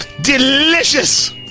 Delicious